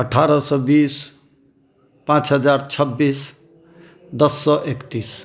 अठारह सए बीस पाँच हजार छब्बीस दस सए एकतीस